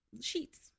sheets